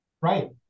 Right